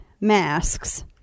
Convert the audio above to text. masks